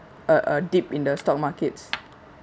uh uh dip in the stock markets